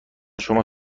شما